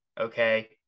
Okay